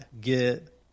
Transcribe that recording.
get